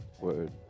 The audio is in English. Word